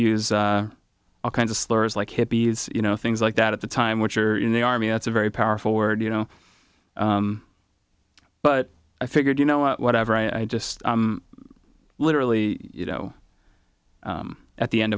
use all kinds of slurs like hippies you know things like that at the time which are in the army that's a very powerful word you know but i figured you know whatever i just literally you know at the end